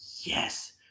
yes